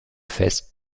fest